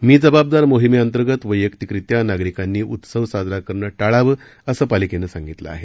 मी जबाबदार मोहिमे अंतर्गत वैयक्तिकरित्या नागरिकांनी उत्सव साजरा करणं टाळावं असं पालिकेनं सांगितलं आहे